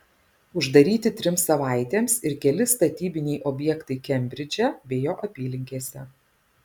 uždaryti trims savaitėms ir keli statybiniai objektai kembridže bei jo apylinkėse